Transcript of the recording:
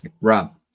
Rob